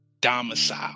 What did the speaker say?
domicile